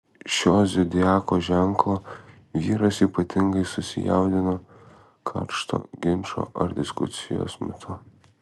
šio zodiako ženklo vyras ypatingai susijaudina karšto ginčo ar diskusijos metu